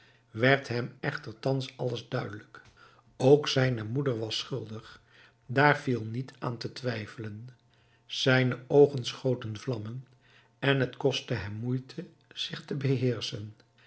werd hem echter thans alles duidelijk ook zijne moeder was schuldig daar viel niet aan te twijfelen zijne oogen schoten vlammen en het kostte hem moeite zich te beheerschen